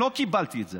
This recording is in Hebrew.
לא קיבלתי את זה,